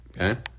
okay